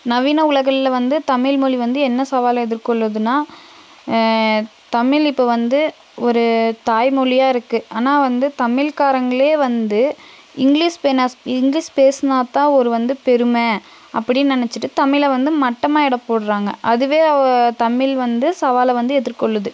நவீன உலகில் வந்து தமிழ்மொலி வந்து என்ன சவாலை எதிர்கொள்ளுதுன்னால் தமிழ் இப்போ வந்து ஒரு தாய்மொழியா இருக்குது ஆனால் வந்து தமிழ்க்காரங்களே வந்து இங்கிலிஷ் பே நான் இங்கிலிஷ் பேசுனால் தான் ஒரு வந்து பெருமை அப்படின்னு நினச்சிட்டு தமிழை வந்து மட்டமாக எடை போடுறாங்க அதுவே தமிழ் வந்து சவாலை வந்து எதிர்கொள்ளுது